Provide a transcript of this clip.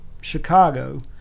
Chicago